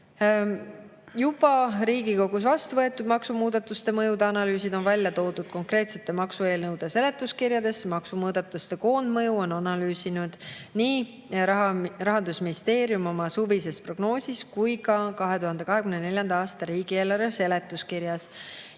Juba Riigikogus vastu võetud maksumuudatuste mõjude analüüsid on välja toodud konkreetsete maksueelnõude seletuskirjades. Maksumuudatuste koondmõju on Rahandusministeerium analüüsinud nii oma suvises prognoosis kui ka 2024. aasta riigieelarve seletuskirjas.